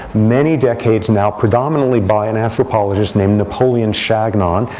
many decades now, predominantly by an anthropologist named napoleon chagnon,